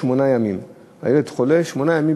ישראל אייכלר,